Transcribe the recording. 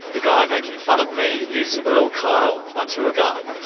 the guy making fun of me is earl kyle, my tour guide.